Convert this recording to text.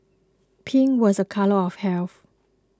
pink was a colour of health